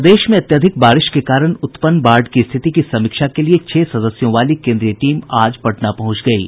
प्रदेश में अत्यधिक बारिश के कारण उत्पन्न बाढ़ की स्थिति की समीक्षा के लिए छह सदस्यों वाली केन्द्रीय टीम आज पटना पहुंच गयी है